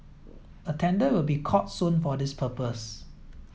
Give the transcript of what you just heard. a tender will be called soon for this purpose